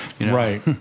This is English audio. Right